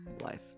life